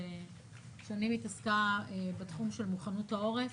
ששנים התעסקה בתחום של מוכנות העורף,